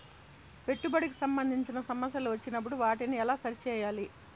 పెట్టుబడికి సంబంధించిన సమస్యలు వచ్చినప్పుడు వాటిని ఎలా సరి చేయాలి?